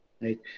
Right